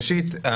ראשית,